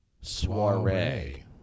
Soiree